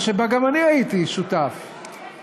וגם אני הייתי שותף בה,